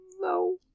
No